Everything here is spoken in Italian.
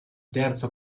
terzo